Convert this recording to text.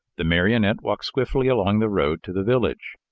the marionette walked swiftly along the road to the village.